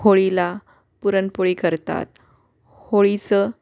होळीला पुरणपोळी करतात होळीचं